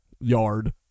Yard